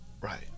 Right